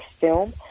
film